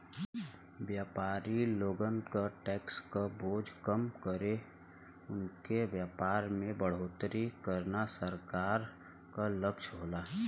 व्यापारी लोगन क टैक्स क बोझ कम कइके उनके व्यापार में बढ़ोतरी करना सरकार क लक्ष्य होला